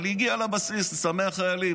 אבל הגיע לבסיס לשמח חיילים.